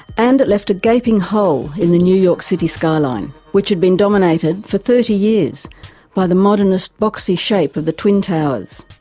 and it left a gaping hole in the new york city skyline, which had been dominated for thirty years by the modernist, boxy shape of the twin towers.